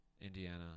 Indiana